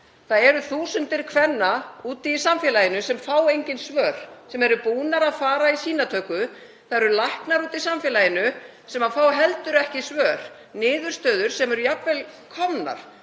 Það eru þúsundir kvenna úti í samfélaginu sem fá engin svör sem eru búnar að fara í sýnatöku. Það eru læknar úti í samfélaginu sem fá heldur ekki svör um niðurstöður sem eru jafnvel komnar.